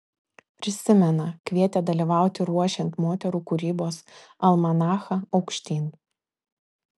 prisimena kvietė dalyvauti ruošiant moterų kūrybos almanachą aukštyn